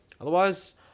Otherwise